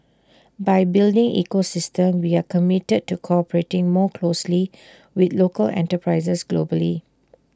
by building ecosystem we are committed to cooperating more closely with local enterprises globally